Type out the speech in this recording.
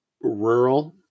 rural